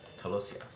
Talosia